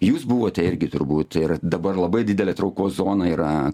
jūs buvote irgi turbūt ir dabar labai didelė traukos zona yra